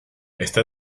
esta